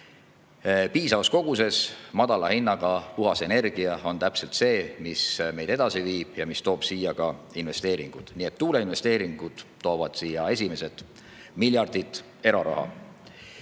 Piisavas koguses madala hinnaga puhas energia on täpselt see, mis meid edasi viib ja mis toob siia ka investeeringuid. Tuuleinvesteeringud toovad siia esimesed miljardid eraraha.